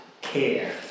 care